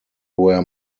were